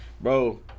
Bro